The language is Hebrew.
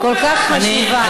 חבר הכנסת אחמד טיבי, תודה רבה.